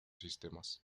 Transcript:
sistemas